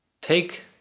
take